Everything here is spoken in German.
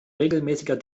regelmäßiger